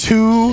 Two